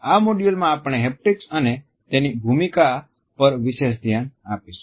આ મોડ્યુલ માં આપણે હેપ્ટિક્સ અને તેની ભૂમિકા પર વિશેષ ધ્યાન આપશું